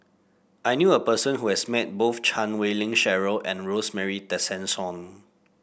I knew a person who has met both Chan Wei Ling Cheryl and Rosemary Tessensohn